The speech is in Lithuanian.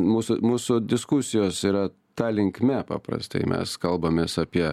mūsų mūsų diskusijos yra ta linkme paprastai mes kalbamės apie